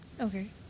Okay